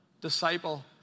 disciple